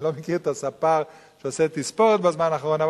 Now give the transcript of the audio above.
אני לא מכיר את הספר שעושה תספורת בזמן האחרון,